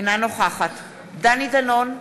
אינה נוכחת דני דנון,